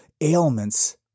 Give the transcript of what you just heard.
ailments